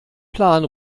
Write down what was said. plan